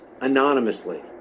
anonymously